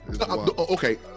Okay